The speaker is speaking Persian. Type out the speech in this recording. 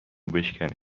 بشکنه